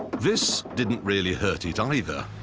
this didn't really hurt it um either.